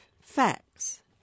facts